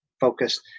focused